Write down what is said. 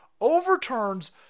overturns